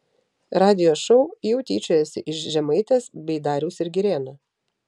radijo šou jau tyčiojasi iš žemaitės bei dariaus ir girėno